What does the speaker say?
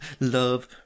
love